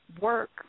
work